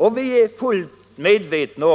Från ansvarigt kommunalt håll är vi fullt medvetna